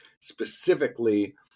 specifically